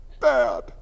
Bad